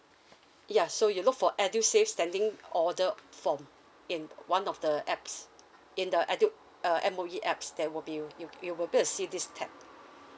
ya so you look for edusave standing order form in one of the apps in the edu~ uh M_O_E apps there will be it w~ it will be uh see this tab